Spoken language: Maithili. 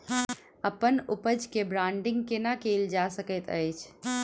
अप्पन उपज केँ ब्रांडिंग केना कैल जा सकैत अछि?